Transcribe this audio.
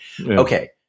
Okay